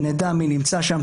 נדע מי נמצא שם,